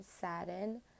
saddened